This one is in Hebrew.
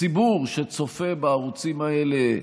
הציבור שצופה בערוצים האלה ישלם.